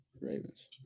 Ravens